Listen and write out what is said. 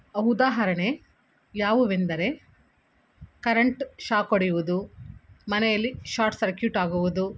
ಉದಾಹರಣೆ ಯಾವುವೆಂದರೆ current shock ಹೊಡೆಯುವುದು ಮನೆಯಲ್ಲಿ ಶಾರ್ಟ್ ಸರ್ಕ್ಯುಟ್ ಆಗುವುದು